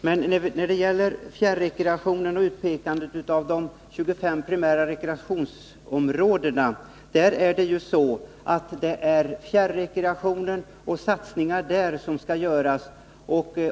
Men när det gäller utpekande av de 25 primära rekreationsområdena är det satsningar på fjärrekreationen som skall göras.